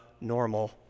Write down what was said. normal